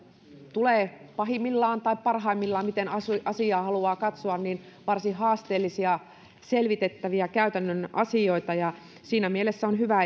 tulee pahimmillaan tai parhaimmillaan miten asiaa haluaa katsoa varsin haasteellisia selvitettäviä käytännön asioita ja siinä mielessä on hyvä